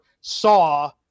saw